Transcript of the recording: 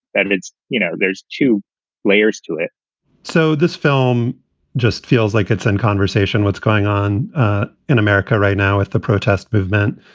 and it's, you know, there's two layers to it so this film just feels like it's in conversation. what's going on in america right now with the protest movement?